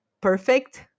perfect